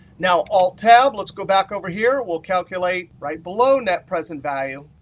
now alt-tab, let's go back over here. we'll calculate right below net present value.